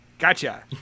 Gotcha